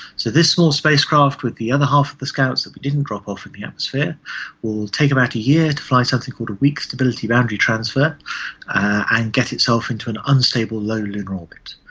so this small spacecraft with the other half of the scouts that we didn't drop off in the atmosphere will will take about a year to fly something called a weak stability boundary transfer and get itself into an unstable low lunar orbit.